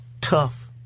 tough